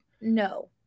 No